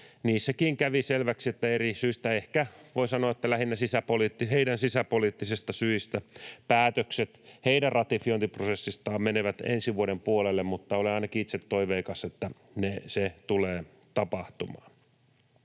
kävi selväksi, että eri syistä, ehkä voi sanoa, että lähinnä heidän sisäpoliittisista syistään, päätökset heidän ratifiointiprosessistaan menevät ensi vuoden puolelle. Mutta olen ainakin itse toiveikas, että se tulee tapahtumaan.